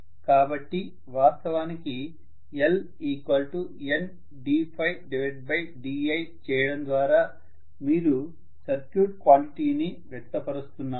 కాబట్టి వాస్తవానికి LNddi చేయడం ద్వారా మీరు సర్క్యూట్ క్వాంటిటీని వ్యక్త పరుస్తున్నారు